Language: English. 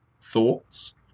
thoughts